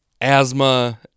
asthma